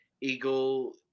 eagle